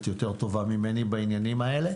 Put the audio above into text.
את יותר טובה ממני בעניינים האלה